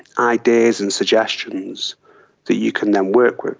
ideas and suggestions that you can then work with.